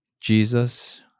Jesus